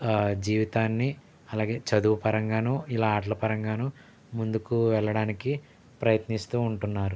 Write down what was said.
జీవితాన్ని అలాగే చదువు పరంగాను ఇలా ఆట్ల పరంగానూ ముందుకు వెళ్ళడానికి ప్రయత్నిస్తూ ఉంటున్నారు